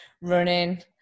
running